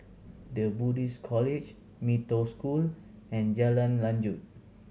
The Buddhist College Mee Toh School and Jalan Lanjut